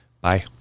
Bye